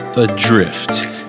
Adrift